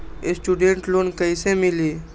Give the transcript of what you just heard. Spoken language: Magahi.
स्टूडेंट लोन कैसे मिली?